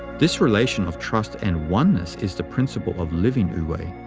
this relation of trust and oneness is the principle of living wu-wei.